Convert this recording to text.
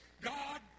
God